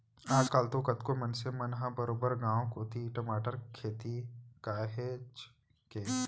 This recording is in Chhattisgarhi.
आज कल तो कतको मनसे मन ह बरोबर गांव कोती टमाटर के खेती काहेच के